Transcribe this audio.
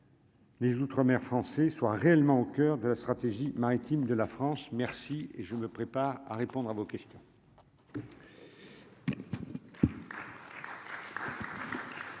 Les outre-mer français soient réellement au coeur de la stratégie maritime de la France merci et je me prépare à répondre à vos côtés.